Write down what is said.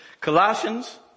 Colossians